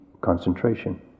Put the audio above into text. concentration